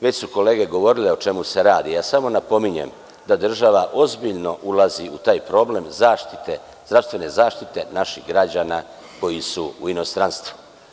Već su kolege govorile o čemu se radi. ja samo napominjem da država ozbiljno ulazi u taj problem zdravstvene zaštite naših građana koji su u inostranstvu.